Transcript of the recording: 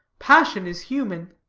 passion is human.